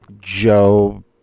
Joe